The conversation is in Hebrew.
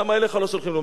הם מקפחים אותך.